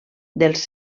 dels